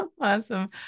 Awesome